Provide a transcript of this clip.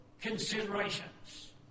considerations